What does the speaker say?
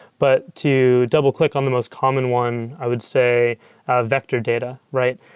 but to double-click on the most common one, i would say vector data, right?